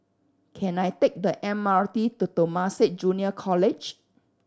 can I take the M R T to Temasek Junior College